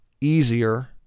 easier